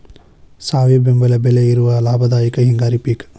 ಸಾವಿ ಬೆಂಬಲ ಬೆಲೆ ಇರುವ ಲಾಭದಾಯಕ ಹಿಂಗಾರಿ ಪಿಕ್